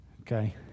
Okay